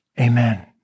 Amen